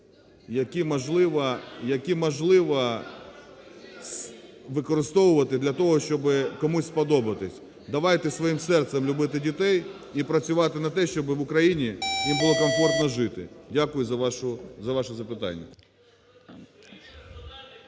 які можливо використовувати для того, щоб комусь сподобатись. Давайте своїм серцем любити дітей і працювати на те, щоб в Україні їм було комфортно жити. Дякую за ваше запитання.